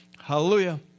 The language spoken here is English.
Hallelujah